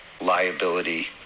liability